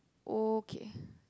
okay